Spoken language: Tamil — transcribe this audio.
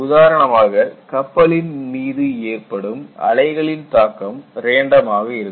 உதாரணமாக கப்பலின் மீது ஏற்படும் அலைகளின் தாக்கம் ரேண்டம் ஆக இருக்கும்